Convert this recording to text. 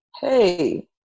Hey